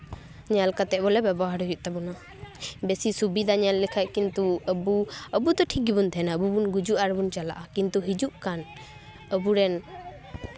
ᱧᱮᱞ ᱠᱟᱛᱮᱜ ᱵᱚᱞᱮ ᱵᱮᱵᱚᱦᱟᱨ ᱦᱩᱭᱩᱜ ᱛᱟᱵᱳᱱᱟ ᱵᱮᱥᱤ ᱥᱩᱵᱤᱫᱟ ᱧᱮᱞ ᱞᱮᱠᱷᱟᱡ ᱠᱤᱱᱛᱩ ᱟᱹᱵᱩ ᱟᱹᱵᱩ ᱫᱚ ᱴᱷᱤᱠ ᱜᱮᱵᱚᱱ ᱛᱟᱦᱮᱱᱟ ᱟᱵᱚ ᱵᱚᱱ ᱜᱩᱡᱩᱜᱼᱟ ᱟᱨᱵᱚᱱ ᱪᱟᱞᱟᱜᱼᱟ ᱠᱤᱱᱛᱩ ᱦᱤᱡᱩᱜ ᱠᱟᱱ ᱟᱵᱚ ᱨᱮᱱ